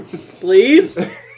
Please